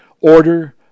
order